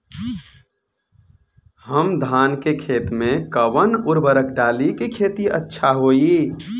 हम धान के खेत में कवन उर्वरक डाली कि खेती अच्छा होई?